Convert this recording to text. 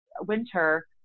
winter